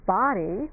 body